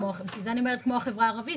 בשביל זה אמרתי "כמו החברה הערבית",